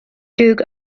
duke